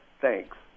thanks